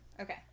Okay